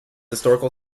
historical